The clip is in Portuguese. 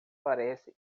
parece